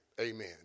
Amen